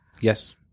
Yes